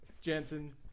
Jensen